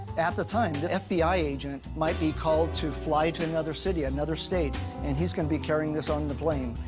at the time the fbi agent might be called to fly to another city, another and he's going to be carrying this on the plane.